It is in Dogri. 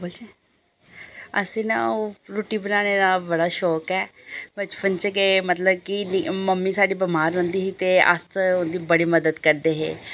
असें ना ओह् रूट्टी बनाने दा बड़ा शोक ऐ बचपन च गै मतलब कि मम्मी साढ़ी बमार रौंह्दी ही ते अस ओह्दी बड़ी मदद करदे हे